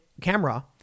camera